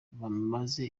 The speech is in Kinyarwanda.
bamaze